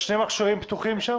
עכשיו שומעים יותר טוב?